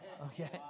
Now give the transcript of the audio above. Okay